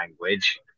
language